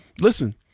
listen